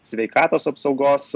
sveikatos apsaugos